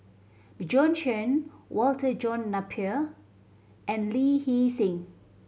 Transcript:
Bjorn Shen Walter John Napier and Lee Hee Seng